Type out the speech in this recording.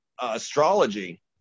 astrology